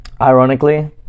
ironically